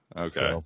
Okay